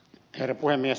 herra puhemies